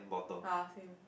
ah same